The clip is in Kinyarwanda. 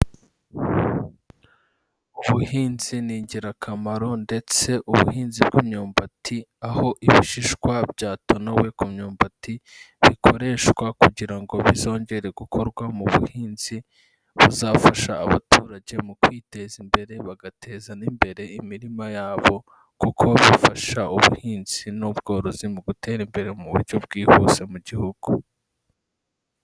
Ubuhinzi ni ingirakamaro ndetse ubuhinzi bw'imyumbati aho ibishishwa byatonowe ku myumbati bikoreshwa kugira ngo bizongere gukorwa mu buhinzi buzafasha abaturage mu kwiteza imbere bagateza n' imbere imirima yabo, kuko bifasha ubuhinzi n'ubworozi mu gutera imbere mu buryo bwihuse mu gihugu.